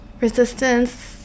resistance